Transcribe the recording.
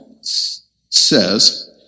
says